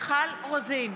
מיכל רוזין,